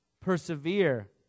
Persevere